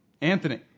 Anthony